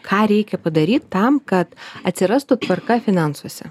ką reikia padaryt tam kad atsirastų tvarka finansuose